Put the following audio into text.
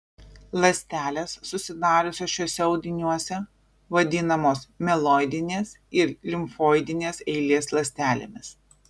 ląstelės susidariusios šiuose audiniuose vadinamos mieloidinės ir limfoidinės eilės ląstelėmis